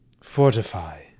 fortify